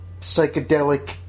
psychedelic